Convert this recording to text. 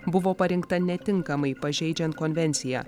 buvo parinkta netinkamai pažeidžiant konvenciją